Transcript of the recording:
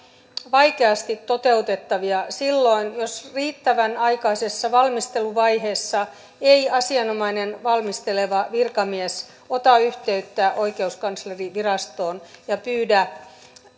vaikeasti toteutettavia silloin jos riittävän aikaisessa valmisteluvaiheessa ei asianomainen valmisteleva virkamies ota yhteyttä oikeuskanslerinvirastoon ja pyydä